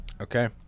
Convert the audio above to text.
Okay